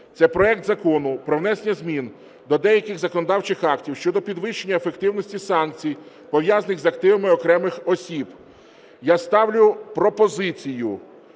це проект Закону про внесення змін до деяких законодавчих актів щодо підвищення ефективності санкцій, пов'язаних з активами окремих осіб. Я ставлю пропозицію